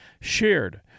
shared